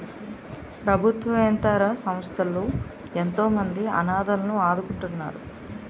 ప్రభుత్వేతర సంస్థలు ఎంతోమంది అనాధలను ఆదుకుంటున్నాయి